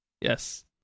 Yes